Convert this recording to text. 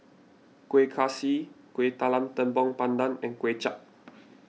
Kueh Kaswi Kuih Talam Tepong Pandan and Kuay Chap